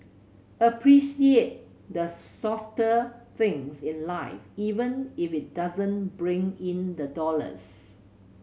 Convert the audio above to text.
appreciate the softer things in life even if it doesn't bring in the dollars